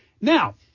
now